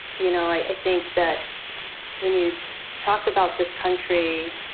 you know, i think that when you talk about this country,